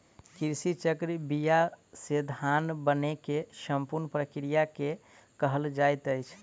कृषि चक्र बीया से धान बनै के संपूर्ण प्रक्रिया के कहल जाइत अछि